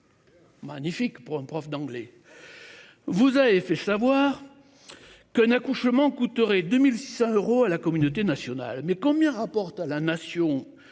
Magnifique pour un prof d'anglais. Vous avez fait savoir. Qu'un accouchement coûterait 2600 euros à la communauté nationale, mais combien rapporte à la nation